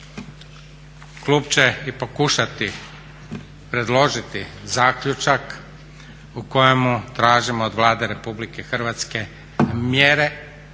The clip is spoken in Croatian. klub će i pokušati predložiti zaključak u kojemu tražimo od Vlade RH mjere